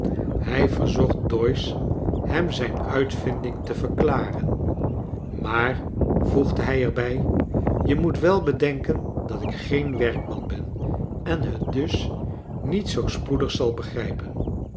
hij verzocht doyce hem zijn uitvinding te verklaren maar voegde hij ev bij je moet wel bedenken dat ik geen werkman ben en het dus niet zoo spoedig zal begrijpen